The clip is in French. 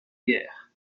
guerre